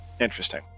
interesting